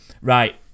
Right